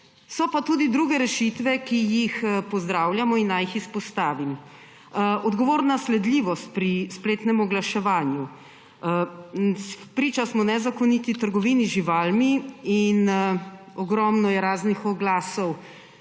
So pa tudi druge rešitve, ki jih pozdravljamo, in naj jih izpostavim. Odgovorna sledljivost pri spletnem oglaševanju. Priča smo nezakoniti trgovini z živalmi in ogromno je raznih oglasov